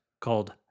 called